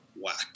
whack